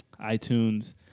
iTunes